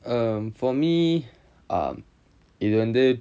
err for me err இது வந்து:ithu vanthu